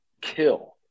kill